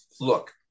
look